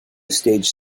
stage